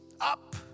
up